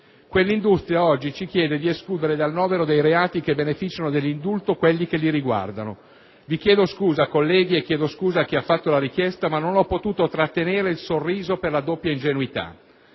Quell'industria oggi ci chiede di escludere dal novero dei reati che beneficiano dell'indulto quelli che li riguardano. Vi chiedo scusa, colleghi, e chiedo scusa a chi ha fatto la richiesta, ma non ho potuto trattenere il sorriso per la doppia ingenuità: